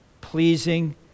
pleasing